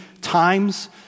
times